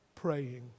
Praying